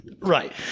right